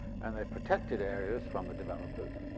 and they've protected areas from the developers,